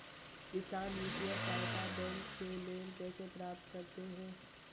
किसान वित्तीय सहायता बैंक से लोंन कैसे प्राप्त करते हैं?